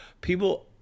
people